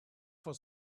for